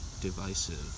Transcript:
divisive